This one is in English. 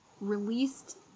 released